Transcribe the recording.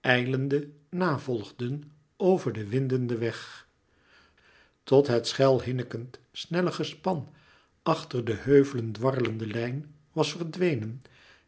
ijlende na volgden over den windenden weg tot het schel hinnikend snelle gespan achter der heuvelen dwarrele lijn was verdwenen